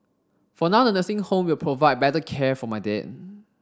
for now the nursing home will provide better care for my dad